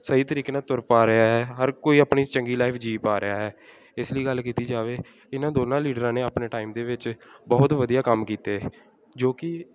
ਸਹੀ ਤਰੀਕੇ ਨਾਲ ਤੁਰ ਪਾ ਰਿਹਾ ਹੈ ਹਰ ਕੋਈ ਆਪਣੀ ਚੰਗੀ ਲਾਈਫ ਜੀਅ ਪਾ ਰਿਹਾ ਹੈ ਇਸ ਲਈ ਗੱਲ ਕੀਤੀ ਜਾਵੇ ਇਹਨਾਂ ਦੋਨਾਂ ਲੀਡਰਾਂ ਨੇ ਆਪਣੇ ਟਾਈਮ ਦੇ ਵਿੱਚ ਬਹੁਤ ਵਧੀਆ ਕੰਮ ਕੀਤੇ ਜੋ ਕਿ